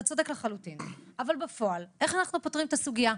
אתה צודק לחלוטין אבל בפועל איך אנחנו פותרים את הסוגיה?